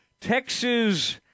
Texas